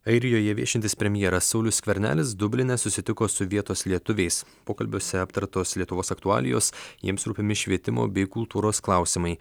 airijoje viešintis premjeras saulius skvernelis dubline susitiko su vietos lietuviais pokalbiuose aptartos lietuvos aktualijos jiems rūpimi švietimo bei kultūros klausimai